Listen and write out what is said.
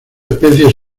especies